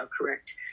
correct